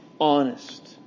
honest